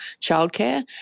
childcare